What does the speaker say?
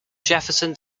jefferson